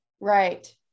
Right